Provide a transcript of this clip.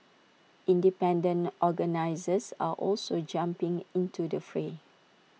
independent organisers are also jumping into the fray